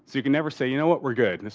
you can never say, you know what? we're good,